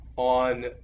On